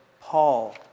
Paul